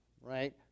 right